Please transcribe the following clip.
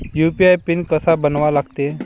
UPI pin कसा बनवा लागते?